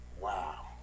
Wow